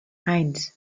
eins